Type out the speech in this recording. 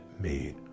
made